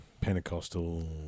Pentecostal